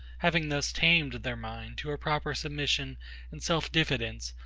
having thus tamed their mind to a proper submission and self-diffidence,